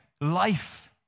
life